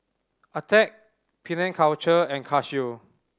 Attack Penang Culture and Casio